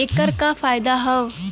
ऐकर का फायदा हव?